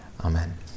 Amen